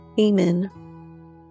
Amen